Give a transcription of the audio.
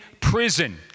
prison